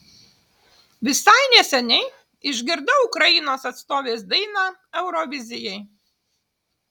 visai neseniai išgirdau ukrainos atstovės dainą eurovizijai